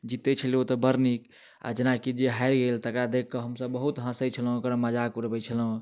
जीतै छलहुँ ओ तऽ बड़ नीक आओर जेना कि जे हारि गेल तकरा देखिके हमसब बहुत हँसै छलहुँ ओकर मजाक उड़बै छलहुँ